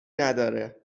نداره